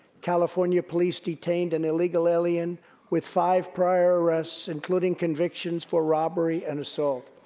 california police detained an illegal alien with five prior arrests, including convictions for robbery and assault.